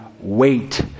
wait